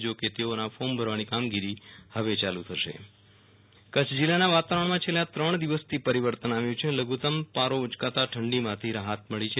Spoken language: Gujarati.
જો કે તેઓના ફોર્મ ભરવાની કામગીરી હવે ચાલુ થશે વિરલ રાણા હવામાન કચ્છ જીલ્લના વાતાવરણમાં છેલ્લા ત્રણ દિવસથી પરિવર્તન આવ્યુ છે લધુત્ત પારો ઉચકાતા ઠંડીમાંથી રાહત મળી છે